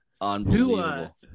unbelievable